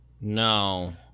No